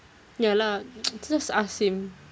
ya lah just ask him